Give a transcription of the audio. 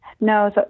No